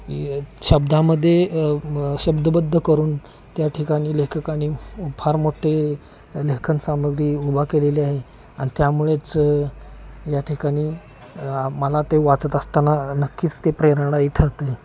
ये शब्दामध्येे शब्दबद्ध करून त्या ठिकाणी लेखकांनी फार मोठे लेखनसामग्री उभा केलेली आहे आणि त्यामुळेच या ठिकाणी मला ते वाचत असताना नक्कीच ते प्रेरणादायी ठरतं आहे